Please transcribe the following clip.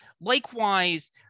Likewise